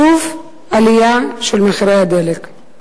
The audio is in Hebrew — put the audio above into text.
שוב עלייה של מחירי הדלק.